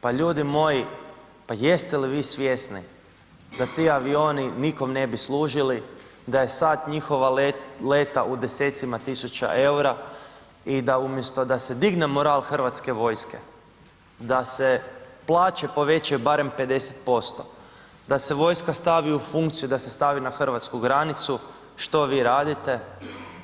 Pa ljudi moji, pa jeste li vi svjesni da ti avioni nikome ne bi služili da je sat njihova leta u desecima tisuća eura i da umjesto da se digne moral Hrvatske vojske i da se plaće povećaju barem 50%, da se vojska stavi u funkciju, da se stavi na hrvatsku granicu, što vi radite,